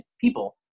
people